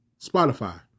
Spotify